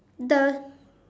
the